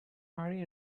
hurry